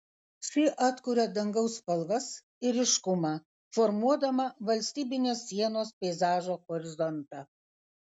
ši atkuria dangaus spalvas ir ryškumą formuodama valstybinės sienos peizažo horizontą